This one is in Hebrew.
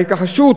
ההתכחשות